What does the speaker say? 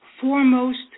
Foremost